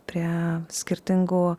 prie skirtingų